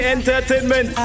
Entertainment